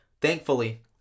Thankfully